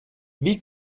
wie